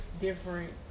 different